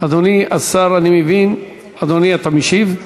אדוני השר, אני מבין, אדוני, אתה משיב?